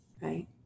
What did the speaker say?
Right